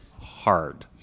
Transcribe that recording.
hard